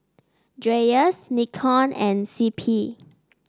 Dreyers Nikon and C P